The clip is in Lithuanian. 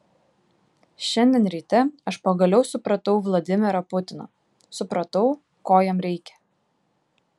šiandien ryte aš pagaliau supratau vladimirą putiną supratau ko jam reikia